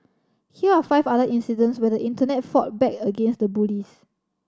here are five other incidents where the Internet fought back against the bullies